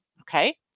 Okay